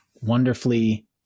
wonderfully